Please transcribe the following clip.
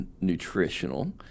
nutritional